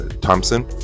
Thompson